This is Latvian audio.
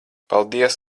paldies